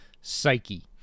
psyche